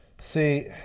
See